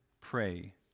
pray